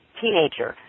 teenager